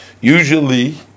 Usually